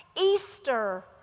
Easter